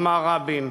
אמר רבין,